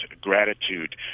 gratitude